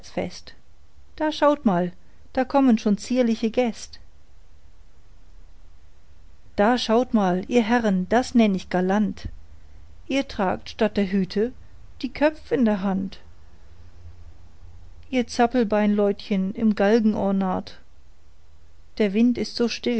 hochzeitsfest da schau mal dort kommen schon zierliche gäst da schau mal ihr herren das nenn ich galant ihr tragt statt der hüte die köpf in der hand ihr zappelbeinleutchen im galgenornat der wind ist still